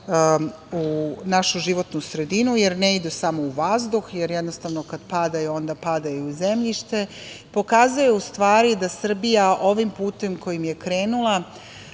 u našu životnu sredinu, jer ne ide samo u vazduh, jer jednostavno kad padaju, onda padaju zemljište, pokazuje u stvari da Srbija ovim putem kojim je krenula,